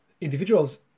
individuals